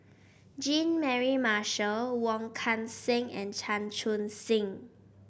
Jean Mary Marshall Wong Kan Seng and Chan Chun Sing